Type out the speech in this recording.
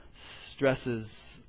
stresses